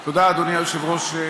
תודה, אדוני היושב-ראש,